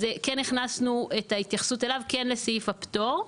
אז כן הכנסנו התייחסות אליו לסעיף הפטור.